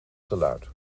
geluid